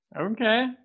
okay